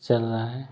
चल रहा है